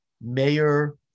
mayor